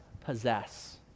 possess